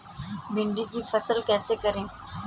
भिंडी की फसल कैसे करें?